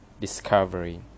discovery